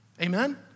Amen